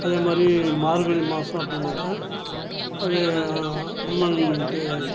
அதேமாதிரி மார்கழி மாதம் அப்படின்னாக்கா அது அம்மனுக்கு